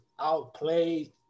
outplayed